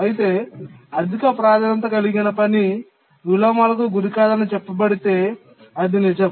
అతి తక్కువ ప్రాధాన్యత కలిగిన పని విలోమాలకు గురికాదని చెప్పబడితే అది నిజం